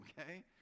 okay